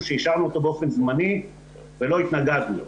שאישרנו באופן זמני ולא התנגדנו לו.